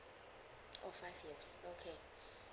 oh five years okay